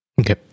Okay